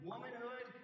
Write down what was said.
Womanhood